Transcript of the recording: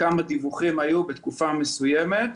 לכמות הדיווחים שהיו בתקופה מסוימת.